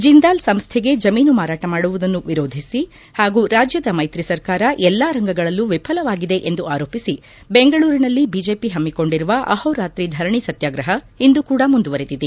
ಜಿಂದಾಲ್ ಸಂಸ್ಥೆಗೆ ಜಮೀನು ಮಾರಾಟ ಮಾಡುವುದನ್ನು ವಿರೋಧಿಸಿ ಹಾಗೂ ರಾಜ್ಯದ ಮೈತ್ರಿ ಸರ್ಕಾರ ಎಲ್ಲಾ ರಂಗಗಳಲ್ಲೂ ವಿಫಲವಾಗಿದೆ ಎಂದು ಆರೋಪಿಸಿ ಬೆಂಗಳೂರಿನಲ್ಲಿ ಬಿಜೆಪಿ ಹಮ್ಮಿಕೊಂಡಿರುವ ಅಹೋರಾತ್ರಿ ಧರಣಿ ಸತ್ತಾಗ್ರಹ ಇಂದು ಕೂಡ ಮುಂದುವರಿದಿದೆ